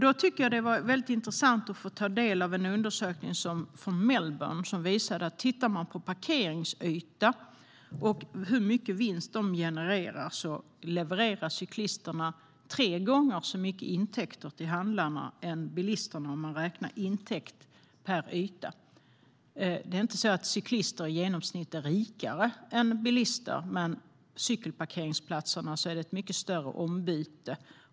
Det var väldigt intressant att få ta del av en undersökning från Melbourne. Tittar man på parkeringsytor och hur mycket vinst de genererar levererar cyklisterna tre gånger så mycket intäkter till handlarna än bilisterna om man räknar intäkt per yta. Det är inte så att cyklister i genomsnitt är rikare än bilister. Men vid cykelparkeringsplatserna sker ett mycket större ombyte.